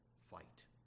fight